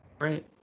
Right